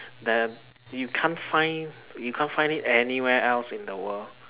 you can't find you can't find it anywhere else in the world